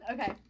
okay